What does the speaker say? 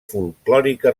folklòrica